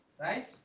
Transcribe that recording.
right